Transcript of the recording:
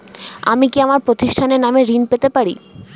আমি কি আমার প্রতিষ্ঠানের নামে ঋণ পেতে পারি?